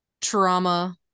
trauma